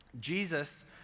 Jesus